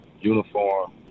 uniform